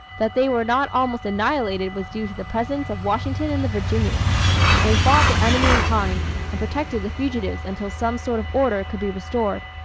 that they were not almost annihilated was due to the presence of washington and the virginians they fought the enemy in kind, and protected the fugitives until some sort of order could be restored.